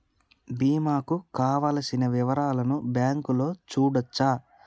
బీమా కు కావలసిన వివరాలను బ్యాంకులో చూడొచ్చా?